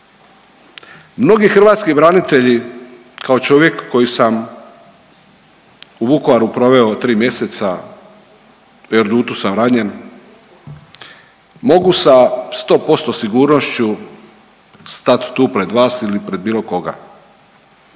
Mnogi hrvatski branitelji, kao čovjek koji sam u Vukovaru proveo 3 mjeseca, u Erdutu sam ranjen, mogu sa 100% sigurnošću stati tu pred vas ili pred bilo koga